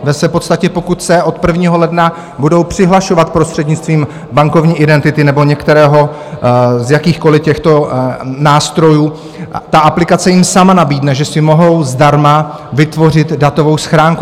Ve své podstatě, pokud se od 1. ledna budou přihlašovat prostřednictvím bankovní identity nebo některého z jakýchkoliv těchto nástrojů, aplikace jim sama nabídne, že si mohou zdarma vytvořit datovou schránku.